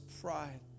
pride